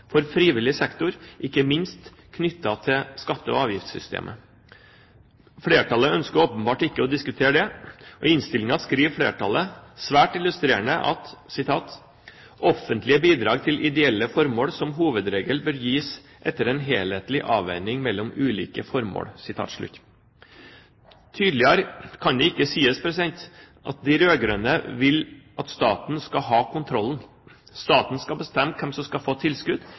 for frivillig sektor, ikke minst knyttet til skatte- og avgiftssystemet. Flertallet ønsker åpenbart ikke å diskutere dette. I innstillingen skriver flertallet, svært illustrerende, at «offentlige bidrag til ideelle formål som hovedregel bør gis etter en helhetlig avveining mellom ulike formål». Tydeligere kan det ikke sies at de rød-grønne vil at staten skal ha kontrollen. Staten skal bestemme hvem som skal få tilskudd.